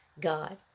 God